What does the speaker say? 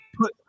Put